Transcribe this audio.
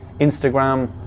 Instagram